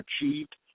achieved